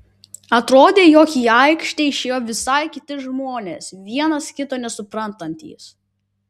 atrodė jog į aikštę išėjo visai kiti žmonės vienas kito nesuprantantys